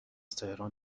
تهران